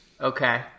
Okay